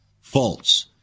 False